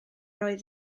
oedd